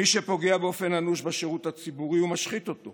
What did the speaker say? מי שפוגע באופן אנוש בשירות הציבורי ומשחית אותו,